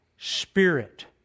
Spirit